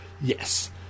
Yes